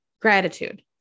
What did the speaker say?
Gratitude